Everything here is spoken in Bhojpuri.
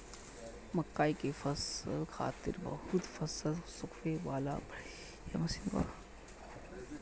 मकई के फसल खातिर बहुते फसल सुखावे वाला बढ़िया मशीन बा